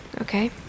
okay